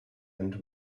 end